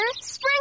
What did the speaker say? spring